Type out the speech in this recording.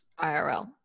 IRL